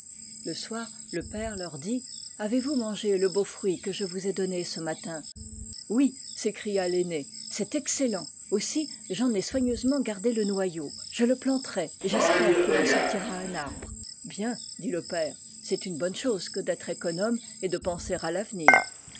le soir le père leur dit avez-vous mangé le beau fruit que je vous ai donné ce matin oui s'écria l'aîné c'est excellent aussi j'en ai soigneusement gardé le noyau je le planterai et j'espère qu'il en sortira un arbre bien dit le père c'est une bonne chose que d'être économe et de penser à l'avenir